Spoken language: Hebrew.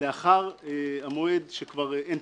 אין טיסות,